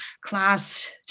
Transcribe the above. class